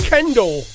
Kendall